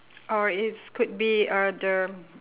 or it's could be uh the